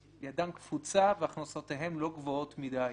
ידם קפוצה והכנסותיהם לא גבוהות מדי.